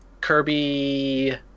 Kirby